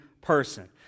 person